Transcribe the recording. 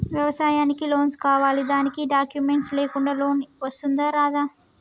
వ్యవసాయానికి లోన్స్ కావాలి దానికి డాక్యుమెంట్స్ లేకుండా లోన్ వస్తుందా రాదా?